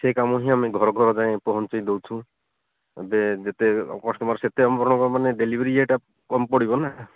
ସେଇ କାମ ହିଁ ଆମେ ଘର ଘର ଯାଇ ପହଞ୍ଚେଇ ଦେଉଛୁ ଏବେ ଯେତେ କଷ୍ଟମର୍ ସେତେ ଆମର ମାନେ ଡେଲିଭରୀ ଇଏଟା କମ ପଡ଼ିବ ନା